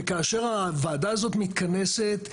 וכאשר הוועדה הזאת מתכנסת,